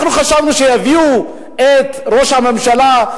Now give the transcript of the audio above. יביא את ראש הממשלה,